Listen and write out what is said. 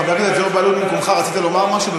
חברי, זוהיר בהלול, ממקומך, רצית לומר משהו?